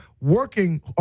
working